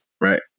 right